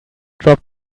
drop